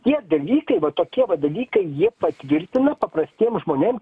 tie dalykai va tokie va dalykai jie patvirtina paprastiem žmonėm